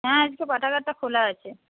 হ্যাঁ আজকে পাঠাগারটা খোলা আছে